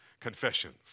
confessions